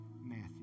Matthew